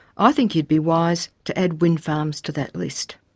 i think you'd be wise to add wind farms to that list.